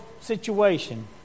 situation